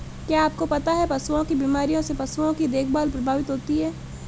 क्या आपको पता है पशुओं की बीमारियों से पशुओं की देखभाल प्रभावित होती है?